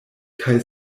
kaj